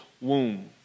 womb